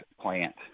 plant